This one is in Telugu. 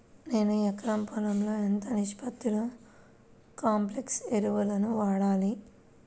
నేను ఎకరం పొలంలో ఎంత నిష్పత్తిలో కాంప్లెక్స్ ఎరువులను వాడాలి?